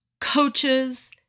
coaches